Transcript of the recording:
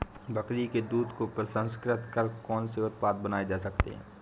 बकरी के दूध को प्रसंस्कृत कर कौन से उत्पाद बनाए जा सकते हैं?